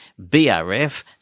brf